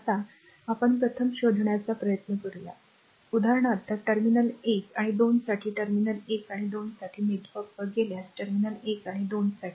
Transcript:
आता आपण प्रथम शोधण्याचा प्रयत्न करूया उदाहरणार्थ टर्मिनल 1 आणि 2 साठी टर्मिनल 1 आणि 2 साठी नेटवर्कवर गेल्यास टर्मिनल 1 आणि 2 साठी